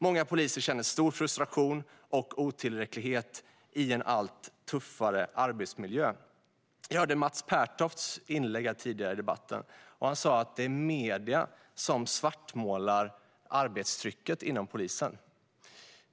Många poliser känner stor frustration och otillräcklighet i en allt tuffare arbetsmiljö. Vi hörde Mats Pertofts inlägg tidigare i debatten. Han sa att det är medierna som svartmålar arbetstrycket inom polisen.